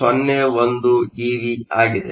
01 eV ಆಗಿದೆ